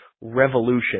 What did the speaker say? revolution